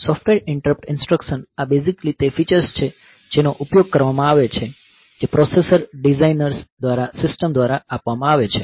software interrupt instruction આ basically તે features છે જેનો ઉપયોગ કરવામાં આવે છે જે પ્રોસેસર ડિઝાઇનર્સ દ્વારા સિસ્ટમ દ્વારા આપવામાં આવે છે